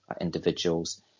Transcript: individuals